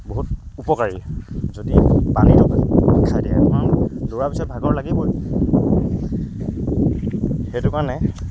বহুত উপকাৰী যদি পানীটো খাই দিয়ে কাৰণ দৌৰাৰ পিছত ভাগৰ লাগিবই সেইটো কাৰণে